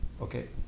okay